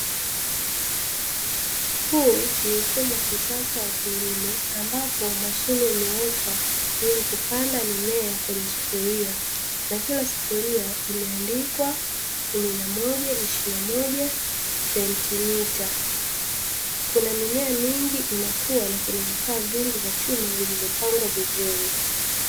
Huu ni mfumo wa kisasa wa kilimo ambapo mashine imewekwa ili kupanda mimea kwenye sufuria, na kila sufuria imeandikwa kumi na moja, ishirini na moja sentimita. Kuna mimea mingi inakua na kuna vifaa vingi vya chuma vilivyopangwa vizuri.